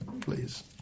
please